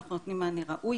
אנחנו נותנים מענה ראוי.